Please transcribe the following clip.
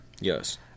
Yes